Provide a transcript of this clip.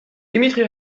dimitri